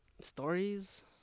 Stories